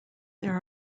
there